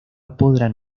podrán